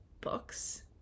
books